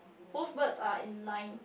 both birds are in line